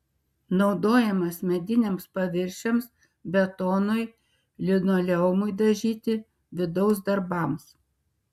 naudojamas mediniams paviršiams betonui linoleumui dažyti vidaus darbams